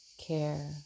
care